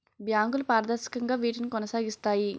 బ్యాంకులు పారదర్శకంగా వీటిని కొనసాగిస్తాయి